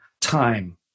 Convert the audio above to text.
time